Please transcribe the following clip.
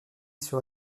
sur